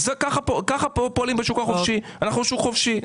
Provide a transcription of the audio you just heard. ככה פועלים בשוק החופשי, ואנחנו שוק חופשי.